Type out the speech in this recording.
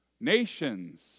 nations